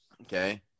Okay